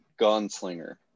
gunslinger